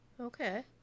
Okay